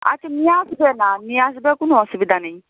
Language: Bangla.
আচ্ছা নিয়ে আসবে না নিয়ে আসবে কোনো অসুবিধা নেই